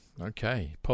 Okay